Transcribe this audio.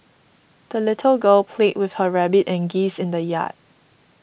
the little girl played with her rabbit and geese in the yard